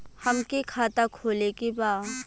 हमके खाता खोले के बा?